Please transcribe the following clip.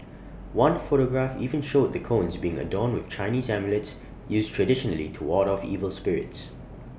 one photograph even showed the cones being adorn with Chinese amulets used traditionally to ward off evil spirits